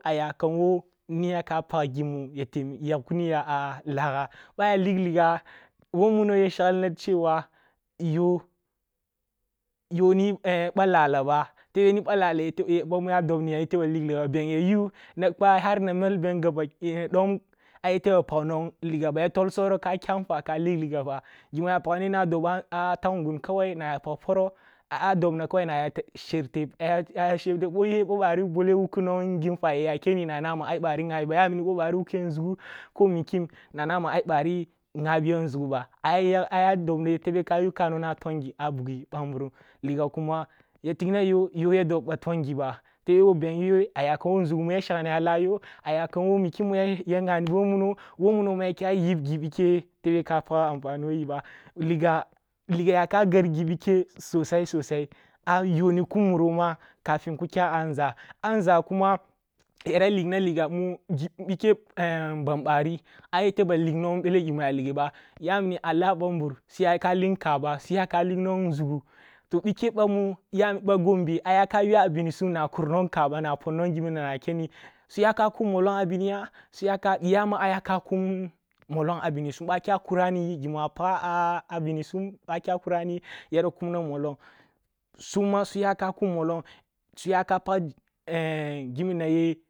Ayakam wo niya pag gimu ya temiki niya a lah ga ъo a yakam lig ligga wo muno ya shaglee na y ani ba lawah ba to be niъah lahlah yete ъamu a dobni ayete ba lig liga beng ya yu na kwa har na malbeng gabaki daya ayete ba pag nwong liga ba ya tol soro ka kya nfwa ka lig liga ba gimu aya pagni na doba takngun kawai ya pag poro, a dobna kawai na aya sherteb boyuwe ъo bari bole nwong ghi nfwa ya keni na nama bari ghabi ba, yawuni bho bari wuke nȝugu ko ko mikim na nama bari ghabiya nȝugu ba aya yak, a dobna tebe ka nona yu ka tong gi a bugi bammburum liga kuma ya tigna yo yo dobba tongi ba ъo beng yuwe ayakanu wo nȝugu mu shagni alayo, ayakam wo mikim mu ya ghanibi wo muno wo muno ya kya yib ngibike tebe ka pag amfani wo yi ba liga liga ya ka ger ghi bike sosai sosai a yo ni ku muroma kafin ki kya nȝa a nȝa kuma yara liggna liga u bike ban bari ayete ba ligeh ba yawuni a lah bambur suyaka lig nkaba nwon nȝugu, bike bamu ba gombe ayaka yuwa binisum na kur nkaba na pon wo ginin na akeni suyaka kum mollong abiniya ya ma ayaka kum mollong a binisum bwa kya kurani gimu a paga a bini sum ъa akya kurani yara kumna mollong summa suya kum mollong.